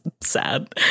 sad